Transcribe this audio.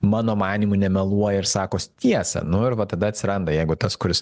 mano manymu nemeluoja ir sakos tiesą nu ir va tada atsiranda jeigu tas kuris